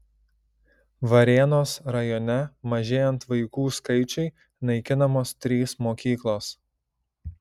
varėnos rajone mažėjant vaikų skaičiui naikinamos trys mokyklos